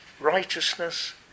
Righteousness